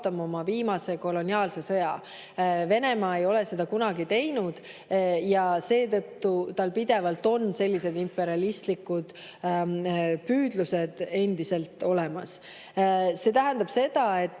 oma viimase koloniaalse sõja. Venemaa ei ole seda kunagi teinud ja seetõttu on tal sellised imperialistlikud püüdlused endiselt olemas. See tähendab seda, et